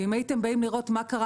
ואם הייתם באים לראות מה קרה,